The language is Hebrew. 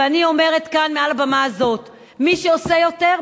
ואני אומרת כאן מעל במה זאת: מי שעושה יותר,